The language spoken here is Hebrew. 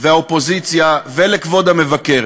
והאופוזיציה ולכבוד המבקר